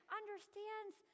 understands